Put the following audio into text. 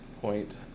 point